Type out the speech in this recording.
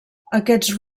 aquests